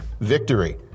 victory